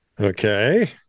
Okay